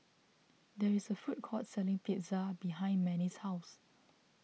there is a food court selling Pizza behind Manie's house